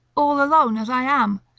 all alone as i am?